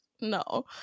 no